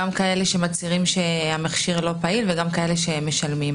גם כאלה שמצהירים שהמכשיר לא פעיל וגם כאלה שמשלמים.